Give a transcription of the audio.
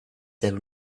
their